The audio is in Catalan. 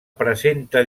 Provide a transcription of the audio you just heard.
presenta